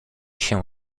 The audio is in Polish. się